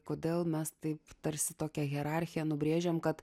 kodėl mes taip tarsi tokią hierarchiją nubrėžiam kad